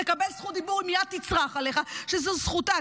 תקבל זכות דיבור, היא מייד תצרח עליך שזו זכותה.